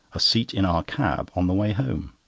a seat in our cab on the way home.